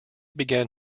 began